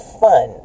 fun